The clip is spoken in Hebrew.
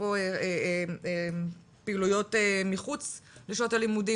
אפרופו פעילויות מחוץ לשעות הלימודים,